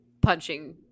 punching